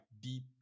deep